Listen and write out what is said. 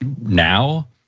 now